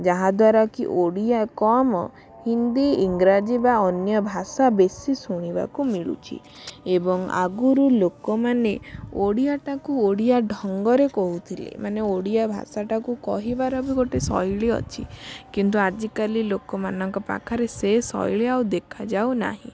ଯାହାଦ୍ୱାରାକି ଓଡ଼ିଆ କମ୍ ହିନ୍ଦୀ ଇଂରାଜୀ ବା ଅନ୍ୟ ଭାଷା ବେଶି ଶୁଣିବାକୁ ମିଳୁଛି ଏବଂ ଆଗରୁ ଲୋକମାନେ ଓଡ଼ିଆଟାକୁ ଓଡ଼ିଆ ଢଙ୍ଗରେ କହୁଥିଲେ ମାନେ ଓଡ଼ିଆ ଭାଷାଟାକୁ କହିବାର ବି ଗୋଟେ ଶୈଳୀ ଅଛି କିନ୍ତୁ ଆଜିକାଲି ଲୋକମାନଙ୍କ ପାଖରେ ସେ ଶୈଳୀ ଆଉ ଦେଖାଯାଉ ନାହିଁ